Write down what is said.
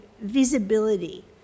visibility